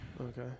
Okay